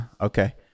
Okay